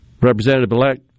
Representative-elect